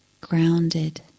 grounded